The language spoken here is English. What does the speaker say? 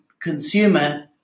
consumer